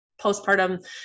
postpartum